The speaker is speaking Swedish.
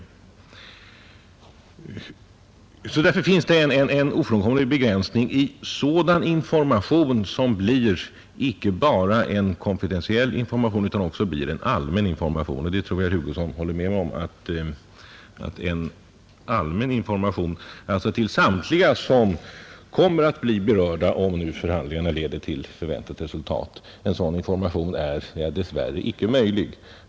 Det finns alltså som sagt en ofrånkomlig begränsning i möjligheten att lämna en allmän information i frågor av konfidentiell natur. Jag tror att herr Hugosson håller med mig om att en allmän information till samtliga som blir berörda om förhandlingarna ger väntat resultat dess värre inte är möjlig.